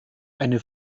eine